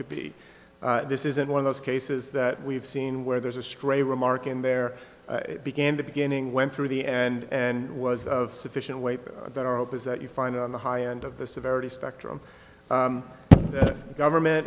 could be this isn't one of those cases that we've seen where there's a stray remark in there began the beginning went through the and was of sufficient weight that are up is that you find on the high end of the severity spectrum the government